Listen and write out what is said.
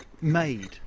made